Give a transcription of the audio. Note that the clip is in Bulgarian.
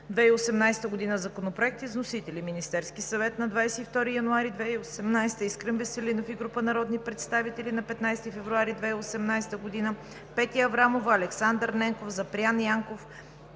2018 г. законопроекти с вносители: Министерският съвет, 22 януари 2018 г.; Искрен Веселинов и група народни представители, 15 февруари 2018 г.; Петя Аврамова, Александър Ненков и Запрян Янков,